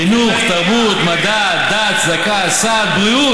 חינוך, תרבות, מדע, דת, צדקה, סעד, בריאות,